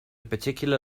particular